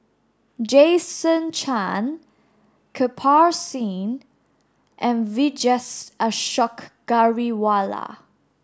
Jason Chan Kirpal Singh and Vijesh Ashok Ghariwala